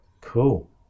Cool